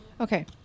Okay